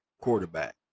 quarterback